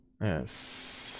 Yes